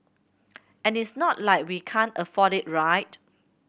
and it's not like we can't afford it right